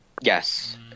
Yes